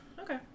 Okay